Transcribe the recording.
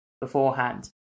beforehand